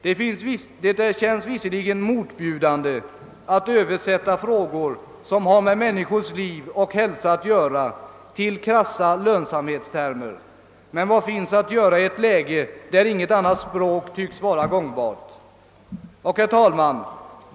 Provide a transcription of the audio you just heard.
Det känns visserligen motbjudande att översätta frågor som har med människors liv och hälsa att göra till krassa lönsamhetstermer. Men vad finns att göra i ett läge där inget annat språk tycks vara gångbart? Herr talman!